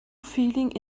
feeling